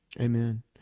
Amen